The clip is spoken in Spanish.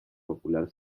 popular